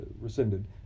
rescinded